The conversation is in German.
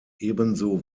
ebenso